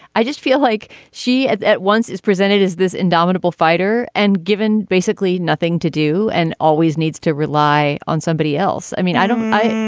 i just feel like she at at once is presented as this indomitable fighter and given basically nothing to do and always needs to rely on somebody else i mean i don't i.